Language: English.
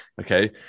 okay